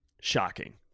shocking